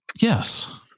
yes